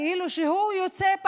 כאילו שהוא יוצא,